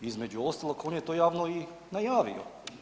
Između ostalog, on je to javno i najavio.